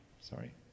sorry